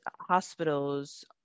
hospitals